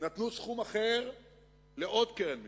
נתנו סכום אחר לעוד קרן מיוחדת.